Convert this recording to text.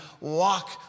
walk